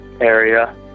area